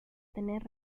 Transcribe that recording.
tener